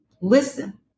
Listen